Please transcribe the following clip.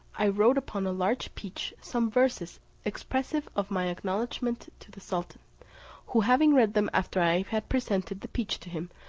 i wrote upon a large peach some verses expressive of my acknowledgment to the sultan who having read them after i had presented the peach to him,